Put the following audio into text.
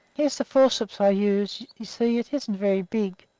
here's the forceps i use you see it isn't very big.